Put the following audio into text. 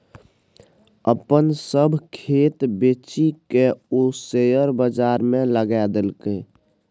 अपन सभ खेत बेचिकए ओ शेयर बजारमे लगा देलकै